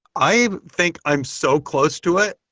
i think i'm so close to it,